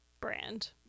brand